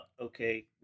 okay